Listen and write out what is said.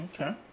Okay